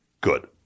Good